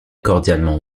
cordialement